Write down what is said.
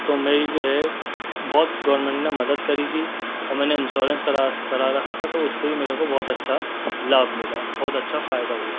تو میری جو ہے بہت گورمینٹ نے مدد کری تھی اور میں نے انشورینس کرا کرا رکھا تھا تو اس سے بھی میرے کو بہت اچھا لابھ ملا بہت اچھا فائدہ ہوا